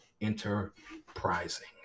enterprising